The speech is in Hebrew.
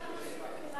אפשר להוסיף,